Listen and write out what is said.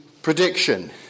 Prediction